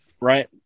right